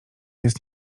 jest